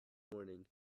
morning